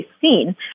seen